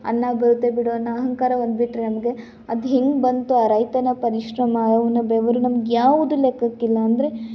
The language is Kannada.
ಅನ್ನ ಬರುತ್ತೆ ಬಿಡು ಅನ್ನೋ ಅಹಂಕಾರ ಒಂದು ಬಿಟ್ಟರೆ ನಮಗೆ ಅದು ಹೆಂಗೆ ಬಂತೊ ಆ ರೈತನ ಪರಿಶ್ರಮ ಅವನ ಬೆವರು ನಮಗ್ಯಾವ್ದು ಲೆಕ್ಕಕ್ಕಿಲ್ಲ ಅಂದರೆ